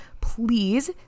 please